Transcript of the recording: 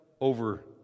over